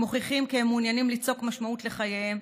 הם מוכיחים כי הם מעוניינים ליצוק משמעות לחייהם,